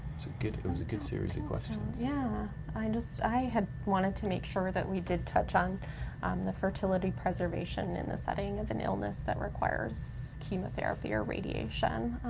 it's a good, it was a good series of questions. yeah i and so i had wanted to make sure that we did touch on um the fertility preservation in the setting of an illness that requires chemotherapy or radiation,